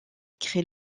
créé